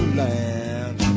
land